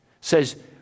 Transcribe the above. says